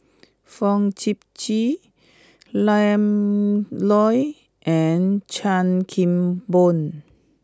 Fong Sip Chee Ian Loy and Chan Kim Boon